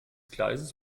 gleises